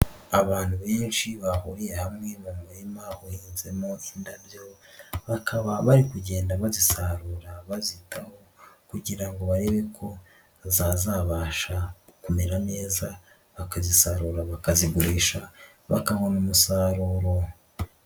Abantu benshi bahuriye hamwe mu murima uhinzemo indabyo bakaba bari kugenda bagisarura bazitaho kugira barebe ko zazabasha kumera neza bakazisarura bakazigurisha bakabona umusaruro.